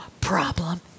problem